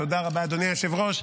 תודה רבה, אדוני היושב-ראש.